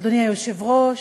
אדוני היושב-ראש,